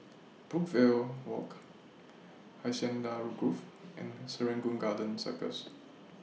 Brookvale Walk Hacienda Grove and Serangoon Garden Circus